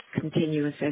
continuous